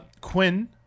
Quinn